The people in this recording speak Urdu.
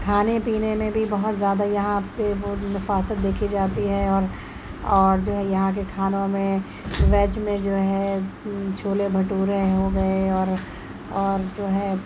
کھانے پینے میں بھی بہت زیادہ یہاں پہ وہ نفاست دیکھی جاتی ہے اور اور جو ہے یہاں کے کھانوں میں ویج میں جو ہے چھولے بھٹورے ہوگئے اور اور جو ہے